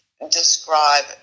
describe